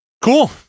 Cool